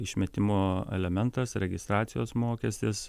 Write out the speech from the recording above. išmetimo elementas registracijos mokestis